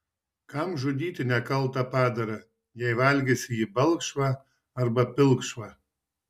kam žudyti nekaltą padarą jei valgysi jį balkšvą arba pilkšvą